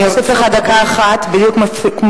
אני אוסיף לך דקה אחת בדיוק כמו,